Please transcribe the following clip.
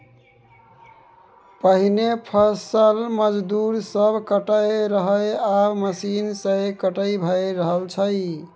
पहिने फसल मजदूर सब काटय रहय आब मशीन सँ कटनी भए रहल छै